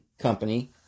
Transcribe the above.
company